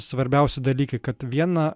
svarbiausi dalykai kad viena